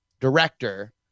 director